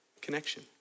connection